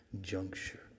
juncture